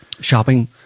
shopping